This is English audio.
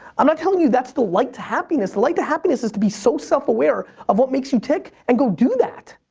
i'm not telling you that's the light to happiness. the light to happiness is to be so self-aware, of what makes you tick, and go do that!